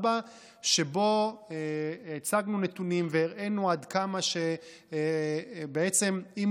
שבו הצגנו נתונים והראינו עד כמה שבעצם אם